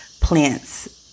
plants